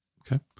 Okay